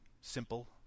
simple